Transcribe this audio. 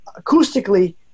acoustically